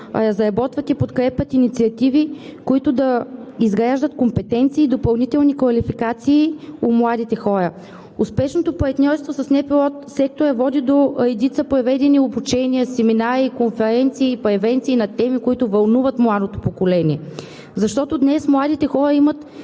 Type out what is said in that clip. разработват и подкрепят инициативи, които да изграждат компетенции и допълнителни квалификации у младите хора. Успешното партньорство с НПО сектора води до редица проведени обучения, семинари, конференции, превенции на теми, които вълнуват младото поколение. Днес младите хора имат